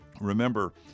Remember